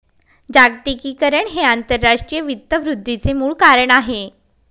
जागतिकीकरण हे आंतरराष्ट्रीय वित्त वृद्धीचे मूळ कारण आहे